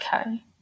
okay